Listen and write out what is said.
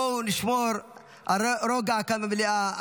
בואו נשמור על רוגע כאן, במליאה.